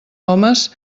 homes